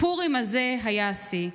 הפורים הזה היה השיא.